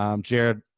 Jared